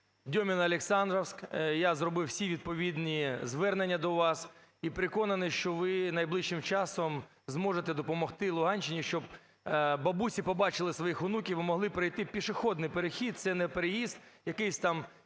Дьоміно-Олександрівка. Я зробив усі відповідні звернення до вас і переконаний, що ви найближчим часом зможете допомогти Луганщині, щоб бабусі побачили своїх онуків і могли перейти, пішохідний перехід – це не переїзд якийсь там,